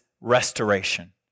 restoration